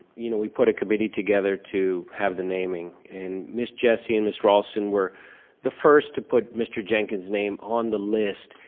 you know we put a committee together to have the naming. and miss jessie and miss raulston were the first to put mr. jenkins's name on the list,